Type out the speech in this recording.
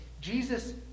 Jesus